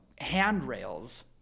handrails